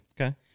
Okay